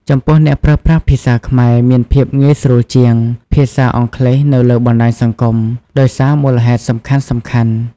ចំពោះអ្នកប្រើប្រាស់ភាសាខ្មែរ មានភាពងាយស្រួលជាង ភាសាអង់គ្លេសនៅលើបណ្ដាញសង្គម ដោយសារមូលហេតុសំខាន់ៗ។